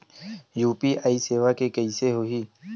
UPI सेवा के कइसे होही?